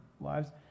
lives